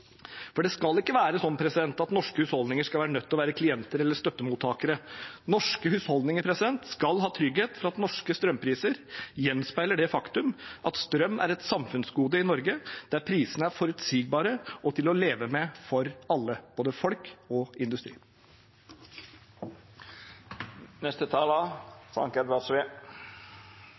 Det skal ikke være sånn at norske husholdninger skal være nødt til å være klienter eller støttemottakere. Norske husholdninger skal ha trygghet for at norske strømpriser gjenspeiler det faktum at strøm er et samfunnsgode i Norge, der prisene er forutsigbare og til å leve med for alle, både folk og